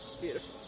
Beautiful